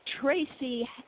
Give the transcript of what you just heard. Tracy